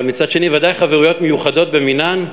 אבל מצד שני בוודאי חברויות מיוחדות במינן.